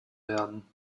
werden